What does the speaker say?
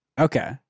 Okay